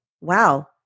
Wow